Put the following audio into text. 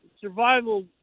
survival